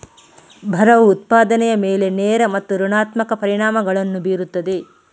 ಬರವು ಉತ್ಪಾದನೆಯ ಮೇಲೆ ನೇರ ಮತ್ತು ಋಣಾತ್ಮಕ ಪರಿಣಾಮಗಳನ್ನು ಬೀರುತ್ತದೆ